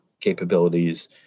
capabilities